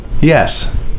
Yes